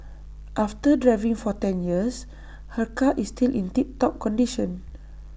after driving for ten years her car is still in tip top condition